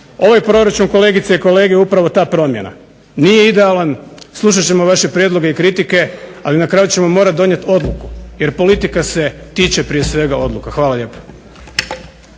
Ovaj proračun, kolegice i kolege, upravo ta promjena. Nije idealan. Slušat ćemo vaše prijedloge i kritike, ali na kraju ćemo morati donijeti odluku jer politika se tiče prije svega odluka. Hvala lijepa.